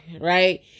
right